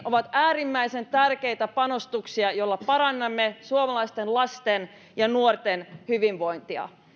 ovat äärimmäisen tärkeitä panostuksia joilla parannamme suomalaisten lasten ja nuorten hyvinvointia